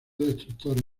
destructores